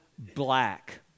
black